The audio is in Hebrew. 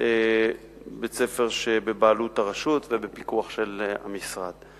בית-ספר שבבעלות הרשות ובפיקוח של המשרד.